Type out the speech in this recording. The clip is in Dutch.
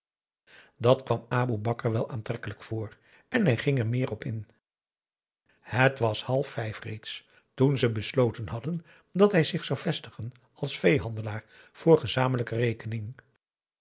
dat kwam aboe bakar wel aantrekkelijk voor en hij ging er meer op in het was half vijf reeds toen ze besloten hadden dat hij zich zou vestigen als veehandelaar voor gezamenlijke rekening